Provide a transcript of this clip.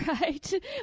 Right